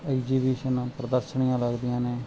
exhibition ਪ੍ਰਦਰਸ਼ਨੀਆ ਲੱਗਦੀਆਂ ਨੇ